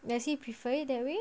does he prefer it that way